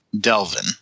Delvin